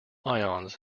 ions